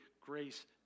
grace